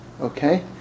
Okay